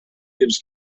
gives